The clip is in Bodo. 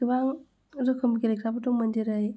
गोबां रोखोम गेलेग्राबो दंमोन जेरै